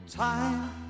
Time